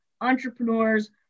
entrepreneurs